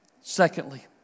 Secondly